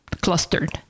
clustered